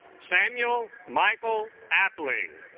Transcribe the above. samuel michael appling